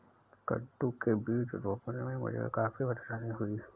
कद्दू के बीज रोपने में मुझे काफी परेशानी हुई